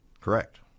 Correct